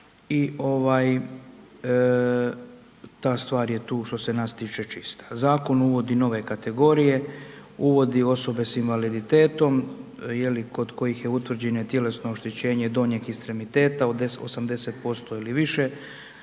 Vladu i ta stvar je tu što se nas tiče čista. Zakon uvodi nove kategorije, uvodi osobe sa invaliditetom kod kojih je utvrđeno tjelesno oštećenje donjeg ekstremiteta 80% ili više,